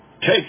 Take